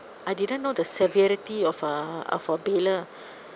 I didn't know the severity of uh of a bailer